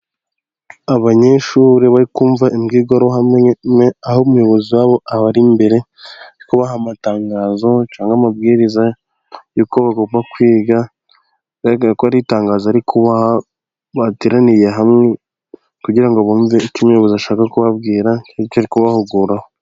Abanyeshuri bari kumva imbwirwaruhame, aho umuyobozi wabo abari imbere ari kubaha amatangazo cyangwa amabwiriza y'uko bagomba kwiga, bigaragara ko ari itangazo ari kubaha. Bateraniye hamwe kugira ngo bumve icyo umuyobozi ashaka kubabwira, n'icyo ari kubahuguraho.